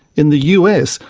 in the us,